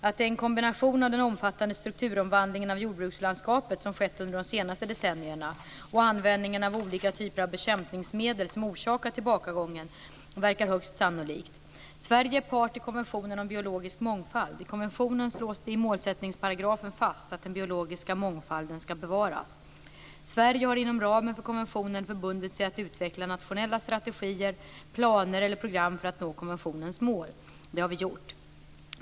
Att det är en kombination av den omfattande strukturomvandling som skett under de senaste decennierna och användningen av olika typer av bekämpningsmedel som orsakar tillbakagången verkar högst sannolikt. Sverige är part till konventionen om biologisk mångfald. I konventionen slås det i målsättningsparagrafen fast att den biologiska mångfalden skall bevaras. Sverige har inom ramen för konventionen förbundit sig att utveckla nationella strategier, planer eller program för att nå konventionens mål. Det har vi gjort.